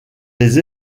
les